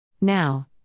Now